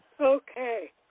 Okay